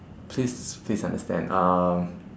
please please understand uh